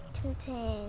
contain